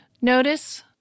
notice